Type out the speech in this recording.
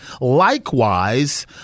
likewise